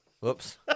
whoops